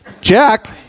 Jack